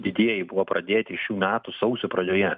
didieji buvo pradėti šių metų sausio pradžioje